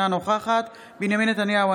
אינה נוכחת בנימין נתניהו,